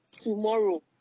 tomorrow